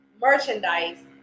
merchandise